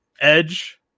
edge